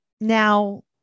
now